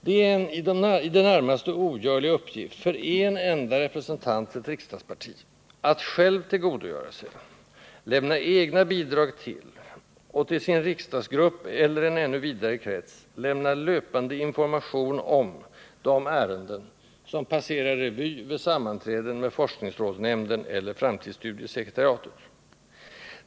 Det är en i det närmaste ogörlig uppgift för en enda representant för ett riksdagsparti att själv tillgodogöra sig, lämna egna bidrag till, och till sin riksdagsgrupp, eller en ännu vidare krets, lämna löpande information om de ärenden som passerar revy vid sammanträden med forskningsrådsnämnden eller framtidsstudiesekretariatet.